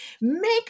Make